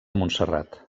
montserrat